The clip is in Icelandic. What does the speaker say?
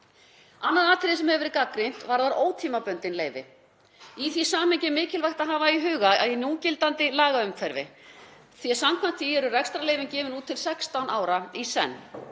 Annað atriði sem hefur verið gagnrýnt varðar ótímabundin leyfi. Í því samhengi er mikilvægt að hafa í huga núgildandi lagaumhverfi en samkvæmt því eru rekstrarleyfi gefin út til 16 ára í senn.